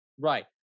Right